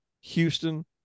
houston